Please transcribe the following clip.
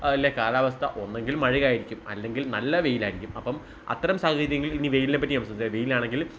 അതിലെ കാലാവസ്ഥ ഒന്നുകിൽ മഴ ആയിരിക്കും അല്ലെങ്കിൽ നല്ല വെയിൽ ആയിരിക്കും അപ്പം അത്തരം സാഹചര്യങ്ങളിൽ ഇനി വെയിലിനെ പറ്റി സംസാരിക്കാം വെയിൽ ആണെങ്കിൽ